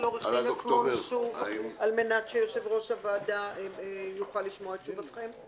עו"ד עצמון שוב כדי שהיושב-ראש יוכל לשמוע את תשובתכם?